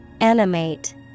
Animate